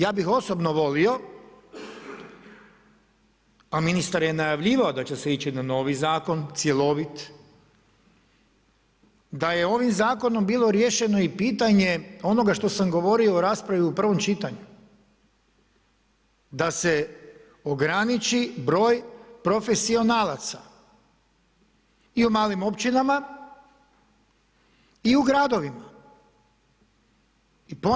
Ja bih osobno volio a ministar je najavljivao da će se ići na novi zakon, cjelovit, da je ovim zakonom bilo riješeno i pitanje onoga što sam govorio u raspravi u prvom čitanju, da se ograniči broj profesionalaca i u malim općinama i u gradovima.